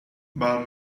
val